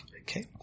Okay